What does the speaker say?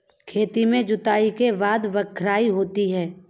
खेती की जुताई के बाद बख्राई होती हैं?